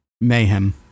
Mayhem